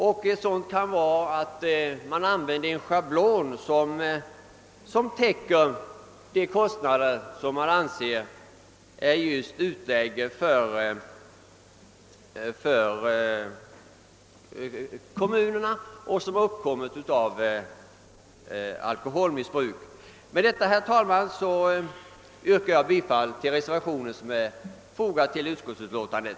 Ett sätt skulle kunna vara att använda en schablonmetod för täckande av de kostnader man anser vara kommunernas utlägg som följd av alkoholmissbruk. Med detta, herr talman, ber jag att få yrka bifall till den reservation som är fogad till utskottsutlåtandet.